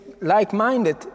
like-minded